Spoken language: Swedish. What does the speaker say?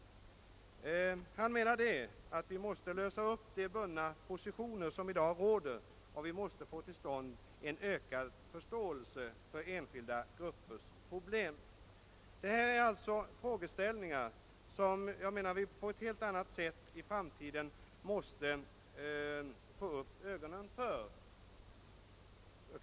Han menar att vi måste lösa upp de bundna positioner som i dag finns och få till stånd en ökad förståelse för enskilda gruppers problem. Det är alltså frågeställningar som vi i framtiden på ett helt annat sätt måste få upp ögonen för.